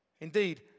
indeed